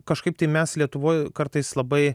kažkaip tai mes lietuvoj kartais labai